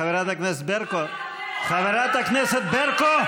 חברת הכנסת ברקו, חברת הכנסת ברקו,